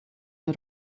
een